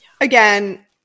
again